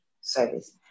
service